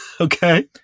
Okay